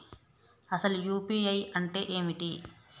అసలు యూ.పీ.ఐ అంటే ఏమిటి?